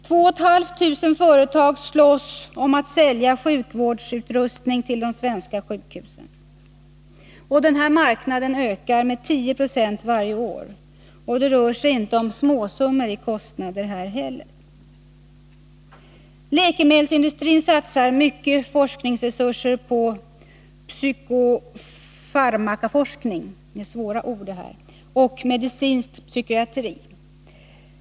2 500 företag slåss om att sälja sjukvårdsutrustning till de svenska sjukhusen. Denna marknad ökar med 10 96 varje år, och det rör sig inte om småsummor i kostnader här heller. Läkemedelsindustrin satsar mycket forskningsresurser på psykofarmakaforskning och medicinsk psykiatri.